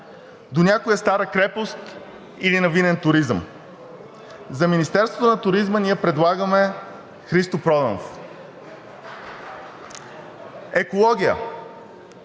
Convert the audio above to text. до някоя стара крепост или на винен туризъм. За министерството на туризма ние предлагаме Христо Проданов.